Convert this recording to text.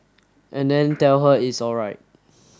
and then tell her it's alright